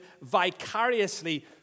vicariously